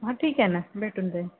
हां ठीक आहे ना भेटून जाईल